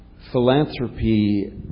philanthropy